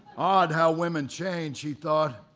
odd how women change, he thought.